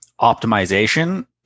optimization